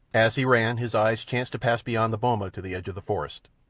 as he ran his eyes chanced to pass beyond the boma to the edge of the forest,